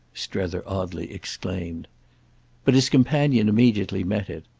strether oddly exclaimed but his companion immediately met it.